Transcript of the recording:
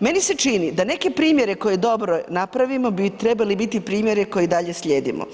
meni se čini da neke primjere koje dobro napravimo bi trebali biti primjeri koje dalje slijedimo.